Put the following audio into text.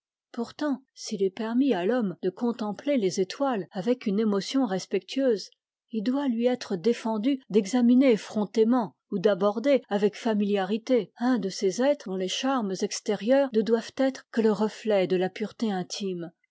pourtant s'il est permis à l'homme de contempler les étoiles avec une émotion respectueuse il doit lui être défendu d'examiner effrontément ou d'aborder avec familiarité un de ces êtres dont les charmes extérieurs ne doivent être que le reflet de la pureté intime